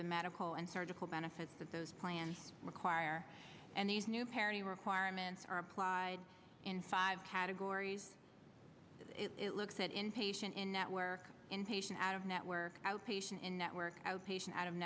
the medical and surgical benefits that those plans require and these new parity requirements are applied in five categories it looks at inpatient in network inpatient out of network outpatient in network outpatient